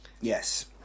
Yes